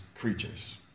creatures